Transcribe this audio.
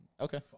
Okay